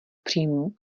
příjmů